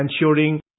ensuring